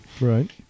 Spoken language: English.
right